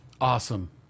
Awesome